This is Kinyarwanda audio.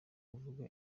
kuvuga